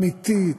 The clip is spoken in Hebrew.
אמיתית,